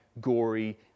gory